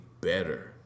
better